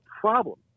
problem